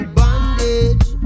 bondage